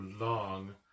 long